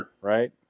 right